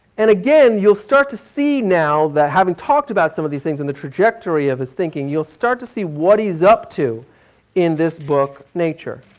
and again, you'll start to see now that having talked about some of these things and the trajectory of his thinking, you'll start to see what he's up to in this book, nature.